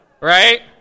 Right